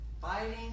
fighting